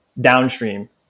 downstream